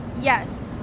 Yes